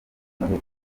noheli